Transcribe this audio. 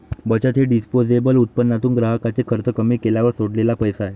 बचत हे डिस्पोजेबल उत्पन्नातून ग्राहकाचे खर्च कमी केल्यावर सोडलेला पैसा आहे